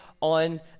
on